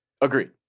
Agreed